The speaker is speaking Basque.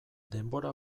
denbora